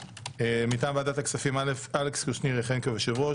מטעם ועדת הכספים אלכס קושניר יכהן כיושב-ראש,